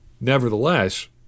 Nevertheless